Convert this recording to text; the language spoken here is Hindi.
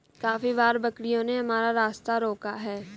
काफी बार बकरियों ने हमारा रास्ता रोका है